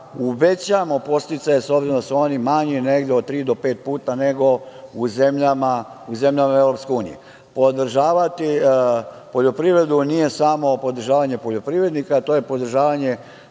uvećamo podsticaje obzirom da su oni manji negde od tri do pet puta, nego u zemljama EU. Podržati poljoprivredu nije samo podržavanje poljoprivrednika, to je podržavanje